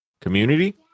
community